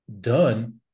done